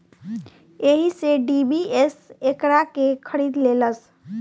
एही से डी.बी.एस एकरा के खरीद लेलस